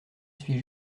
suis